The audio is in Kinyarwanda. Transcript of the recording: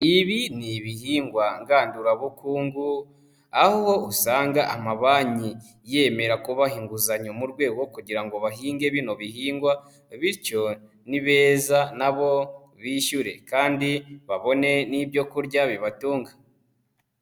Ibi ni ibihingwa ngandurabukungu aho usanga amabanki yemera kubaha inguzanyo mu rwego kugira ngo bahinge bino bihingwa bityo, nibeza na bo bishyure kandi babone n'ibyo kurya bibatunga.